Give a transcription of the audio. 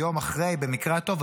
יום אחרי במקרה הטוב,